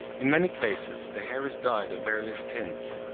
in many places the hair is dyed of various tints.